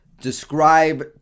Describe